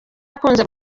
akunze